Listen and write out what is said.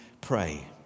pray